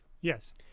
Yes